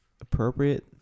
appropriate